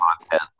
content